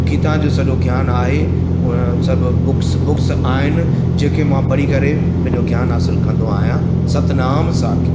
गीता जो सॼो ज्ञान आहे उहे सभु बुक्स बुक्स आहिनि जेके मां पढ़ी करे पंहिंजो ज्ञानु हासिलु कंदो आहियां सतनाम साखी